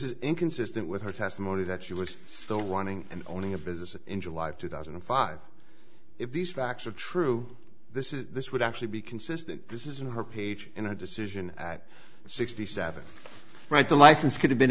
is inconsistent with her testimony that she was still running and owning a business in july of two thousand and five if these facts are true this is this would actually be consistent this isn't her page in a decision at sixty seven write the license could have been